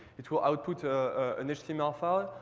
it will output ah an html file.